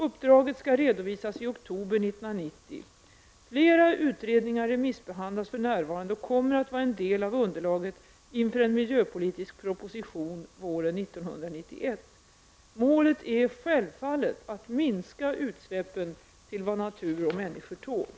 Uppdraget skall redovisas i oktober 1990. Flera utredningar remissbehandlas för närvarande och kommer att vara en del av underlaget inför en miljöpolitisk proposition våren 1991: Målet är självfallet att minska utsläppen till vad natur och människor tål.